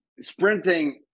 sprinting